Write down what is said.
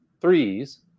threes